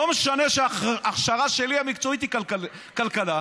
לא משנה שההכשרה המקצועית שלי היא כלכלה,